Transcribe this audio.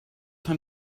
time